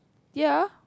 ya